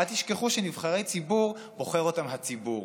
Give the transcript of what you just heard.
אבל אל תשכחו שנבחרי ציבור, בוחר אותם הציבור.